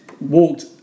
walked